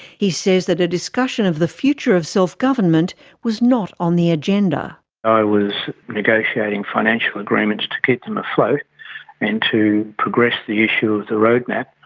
he says that a discussion of the future of self-government was not on the agenda. i was negotiating financial agreements to keep them afloat and to progress the issue of the roadmap,